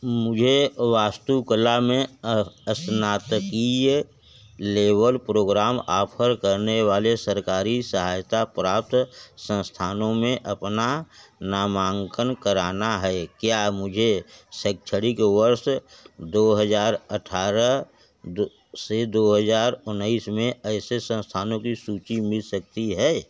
मुझे वास्तुकला में अर स्नातकीय लेवल प्रोग्राम ऑफ़र करने वाले सरकारी सहायता प्राप्त संस्थानों में अपना नामांकन करना है क्या मुझे शैक्षणिक वर्ष दो हज़ार अट्ठारह से दो हज़ार उन्नीस में ऐसे संस्थानों की सूची मिल सकती है